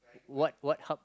what what hug